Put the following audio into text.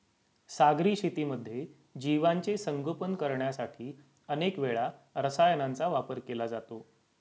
सागरी शेतीमध्ये जीवांचे संगोपन करण्यासाठी अनेक वेळा रसायनांचा वापर केला जातो